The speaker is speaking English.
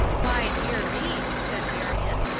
why, dear me! said marion,